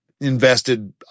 invested